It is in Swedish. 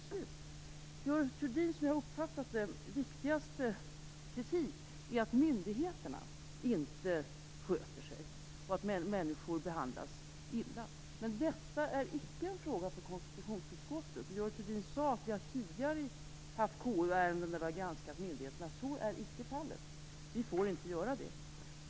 Görel Thurdins viktigaste kritik, som jag har uppfattat den, är att myndigheterna inte sköter sig och att människor behandlas illa. Men detta är inte en fråga för konstitutionsutskottet. Görel Thurdin sade att vi tidigare har haft KU-ärenden då vi har granskat myndigheterna. Så är icke fallet. Vi får inte göra det.